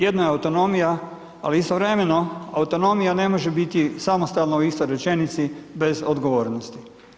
Jedna je autonomija, a istovremeno, autonomija ne može biti samostalno u istoj rečenici bez odgovornosti.